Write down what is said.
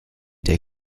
der